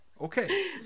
Okay